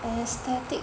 aesthetic